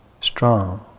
strong